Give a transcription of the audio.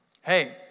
Hey